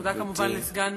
תודה כמובן לסגן